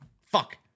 Fuck